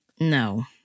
No